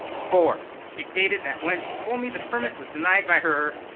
four, she stated that when she told me the permit was denied by her,